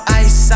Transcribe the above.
ice